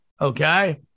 Okay